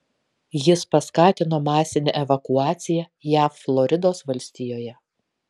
jis paskatino masinę evakuaciją jav floridos valstijoje